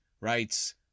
writes